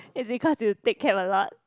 is it cause you take cab a lot